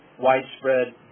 widespread